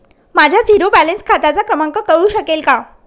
माझ्या zero balance खात्याचा क्रमांक कळू शकेल का?